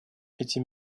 эти